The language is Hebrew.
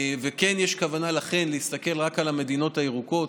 וכן יש כוונה לכן להסתכל רק על המדינות הירוקות,